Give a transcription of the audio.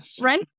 right